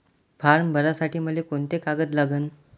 Form भरासाठी मले कोंते कागद लागन?